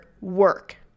work